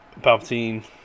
Palpatine